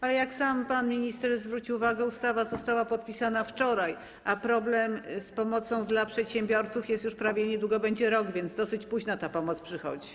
Ale jak sam pan minister zwrócił uwagę, ustawa została podpisana wczoraj, a problem z pomocą dla przedsiębiorców jest już prawie rok, niedługo będzie rok, więc dosyć późno ta pomoc przychodzi.